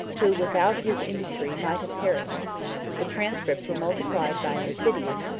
who without his industry might have perished the transcripts were multiplied by an assiduous,